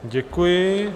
Děkuji.